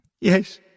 Yes